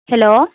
hello